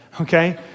okay